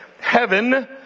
heaven